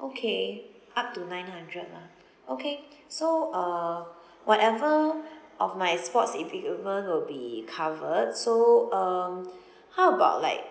okay up to nine hundred lah okay so uh whatever of my sports equipment will be covered so um how about like